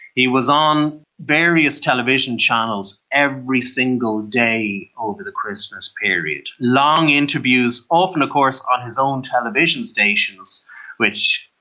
he was on various television channels every single day over the christmas period long interviews, often of course on his own television stations which,